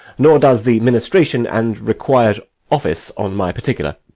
nor does the ministration and required office on my particular.